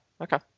okay